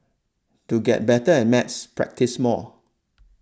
to get better at maths practise more